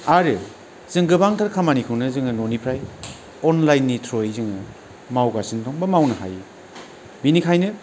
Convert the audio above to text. आरो जों गोबांथार खामानिखौनो जोङो न'निफ्राय अनलाइननि थ्रुयै जोङो मावगासिनो दं बा मावनो हायो बेनिखायनो